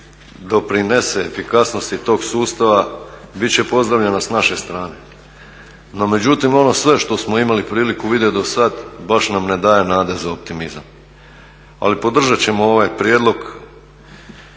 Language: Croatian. doprinese efikasnosti tog sustava bit će pozdravljena s naše strane. No međutim, ono sve što smo imali priliku vidjeti dosad baš nam ne daje nade za optimizam. Ali podržat ćemo ovaj prijedlog